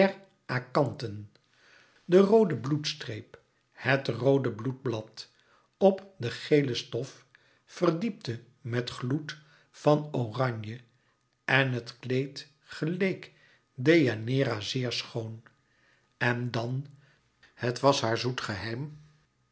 der akanthen de roode bloedstreep het roode bloedblad op de gele stof verdiepte met gloed van oranje en het kleed geleek deianeira zeer schoon en dan het was haar zoet geheim